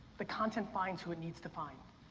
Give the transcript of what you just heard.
the content finds who it needs to find.